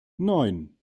neun